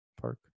park